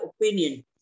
opinion